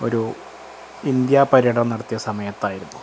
ഒരു ഇന്ത്യാ പര്യടനം നടത്തിയ സമയത്തായിരുന്നു